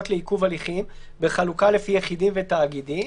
לעיכוב הליכים בחלוקה לפי יחידים ותאגידים,